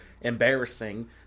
embarrassing